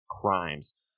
crimes